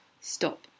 stop